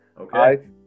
okay